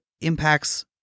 impacts